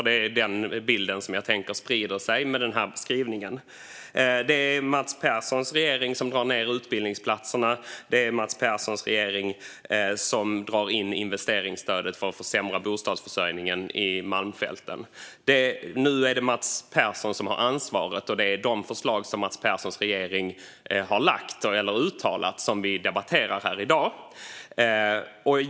Det är ju denna bild som sprider sig. Mats Perssons regering drar ned antalet utbildningsplatser. Det är Mats Perssons regering som drar in investeringsstödet och försämrar bostadsförsörjningen i Malmfälten. Nu är det Mats Persson som har ansvaret, och det är de förslag som Mats Perssons regering har lagt fram eller uttalat som vi debatterar här i dag.